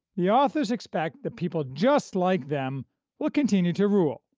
the authors expect that people just like them will continue to rule,